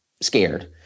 scared